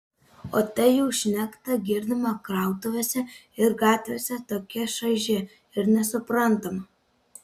o ta jų šnekta girdima krautuvėse ir gatvėse tokia šaiži ir nesuprantama